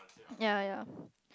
ya ya ya